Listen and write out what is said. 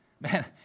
man